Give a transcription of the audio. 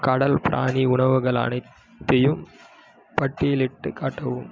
கடல் பிராணி உணவுகள் அனைத்தையும் பட்டியலிட்டுக் காட்டவும்